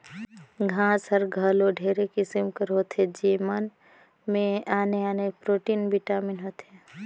घांस हर घलो ढेरे किसिम कर होथे जेमन में आने आने प्रोटीन, बिटामिन होथे